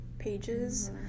pages